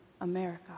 America